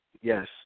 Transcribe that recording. Yes